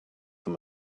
them